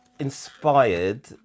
inspired